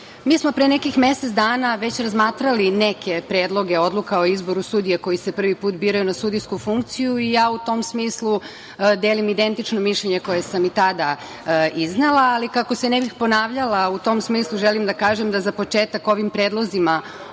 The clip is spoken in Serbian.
smo pre nekih mesec dana već razmatrali neke predloge odluka o izboru sudija koji se prvi put biraju na sudijsku funkciju i ja u tom smislu delim identično mišljenje koje sam i tada iznela, ali kako se ne bih ponavljala u tom smislu želim da kažem da za početak ovim predlozima